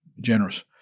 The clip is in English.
generous